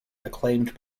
acclaimed